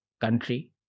country